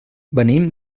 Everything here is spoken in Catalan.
venim